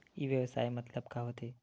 ई व्यवसाय मतलब का होथे?